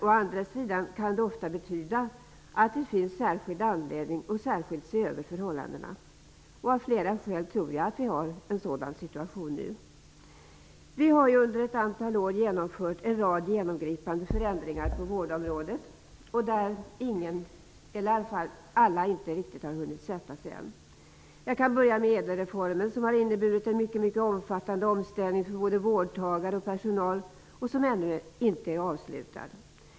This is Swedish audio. Å andra sidan kan det ofta betyda att det finns särskild anledning att se över förhållandena. Av flera skäl tror jag att vi har en sådan situation nu. Vi har under ett antal år genomfört en rad genomgripande förändringar på vårdområdet. Alla dessa har inte riktigt hunnit sätta sig än. Jag kan börja med ÄDEL-reformen som har inneburit en mycket omfattande omställning för både vårdtagare och personal, som ännu inte är avslutad.